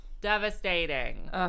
Devastating